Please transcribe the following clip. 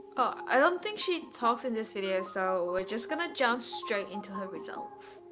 i don't think she talks in this video. so we're just gonna jump straight into her results.